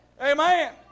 Amen